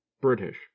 BRITISH